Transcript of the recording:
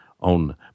on